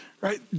right